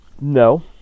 No